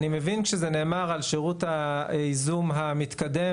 אני מבין שזה נאמר על שירות הייזום המתקדם,